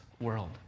world